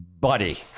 buddy